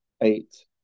eight